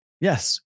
Yes